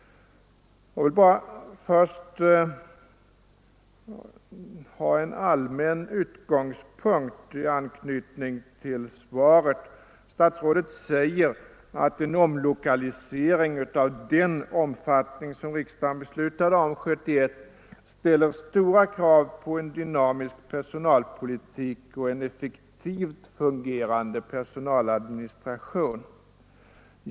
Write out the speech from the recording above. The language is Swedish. Jag vill först ta upp en allmän utgångspunkt i anknytning till svaret. Statsrådet säger att en omlokalisering av den omfattning som riksdagen beslöt 1971 ställer stora krav på en dynamisk personalpolitik och en effektivt fungerande personaladministration.